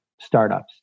startups